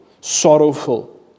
sorrowful